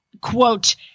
quote